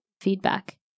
feedback